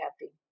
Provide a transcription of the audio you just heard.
happy